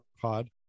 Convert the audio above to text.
pod